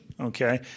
okay